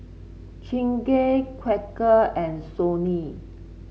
Chingay Quaker and Sony